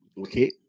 okay